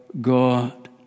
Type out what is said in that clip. God